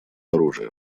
оружия